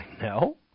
no